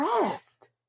rest